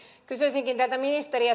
kysyisinkin teiltä ministeri